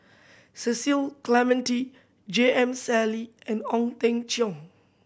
Cecil Clementi J M Sali and Ong Teng Cheong